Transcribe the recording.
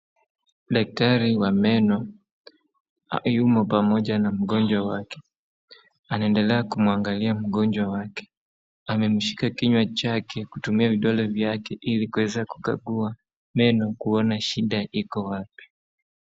Daktari wa meno , yumo pamoja na mgonjwa wake. Anaendelea kumuangalia mgonjwa wake, amemshika kinywa chake kutumia vidole vyake ili kuweza kukagua meno kuona shida iko wapi.